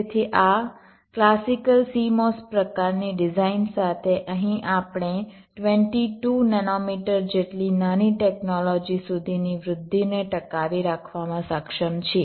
તેથી આ classical CMOS પ્રકારની ડિઝાઇન સાથે અહીં આપણે 22 નેનોમીટર જેટલી નાની ટેક્નોલોજી સુધીની વૃદ્ધિને ટકાવી રાખવામાં સક્ષમ છીએ